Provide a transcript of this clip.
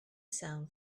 sound